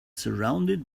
surrounded